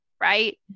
right